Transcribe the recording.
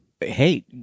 Hey